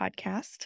podcast